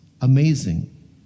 amazing